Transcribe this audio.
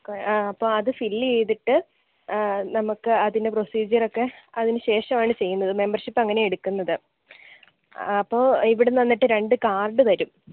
അപ്പം അത് ഫിൽ ചെയ്തിട്ട് നമ്മൾക്ക് അതിന് പ്രൊസീജ്യറൊക്കെ അതിന് ശേഷമാണ് ചെയ്യുന്നത് മെമ്പർഷിപ്പ് അങ്ങനെയാണ് എടുക്കുന്നത് അപ്പോൾ ഇവിടെ നിന്നിട്ട് രണ്ട് കാർഡ് തരും